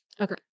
Okay